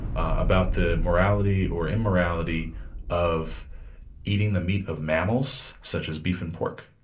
about the morality or immorality of eating the meat of mammals such as beef and pork,